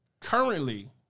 Currently